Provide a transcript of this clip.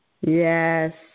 Yes